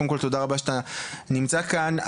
קודם כל תודה רבה שאתה נמצא כאן.